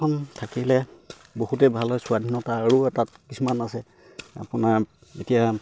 বাইকখন থাকিলে বহুতেই ভাল হয় স্বাধীনতা আৰু এটাত কিছুমান আছে আপোনাৰ এতিয়া